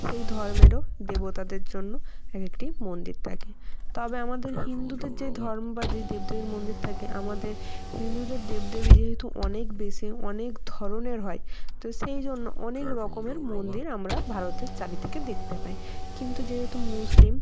সেই ধর্মেরও দেবতাদের জন্য এক একটি মন্দির তাকে তবে আমাদের হিন্দুদের যে ধর্ম বা যেই দেব দেবীর মন্দির থাকে আমাদের হিন্দুদের দেব দেবী যেহেতু অনেক বেশি অনেক ধরনের হয় তো সেই জন্য অনেক রকমের মন্দির আমরা ভারতের চার দিকে দেখতে পাই কিন্তু যেহেতু মুসলিম